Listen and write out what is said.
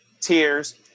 tears